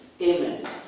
Amen